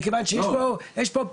מכיוון שיש פה פתח,